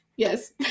Yes